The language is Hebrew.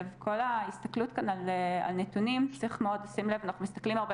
כל ההסתכלות כאן על נתונים - צריך מאוד לשים לב אנחנו מסתכלים הרבה